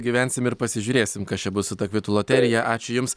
pagyvensim ir pasižiūrėsim kas čia bus su ta kvitų loterija ačiū jums